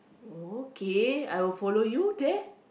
okay I will follow you there